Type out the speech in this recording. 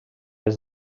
est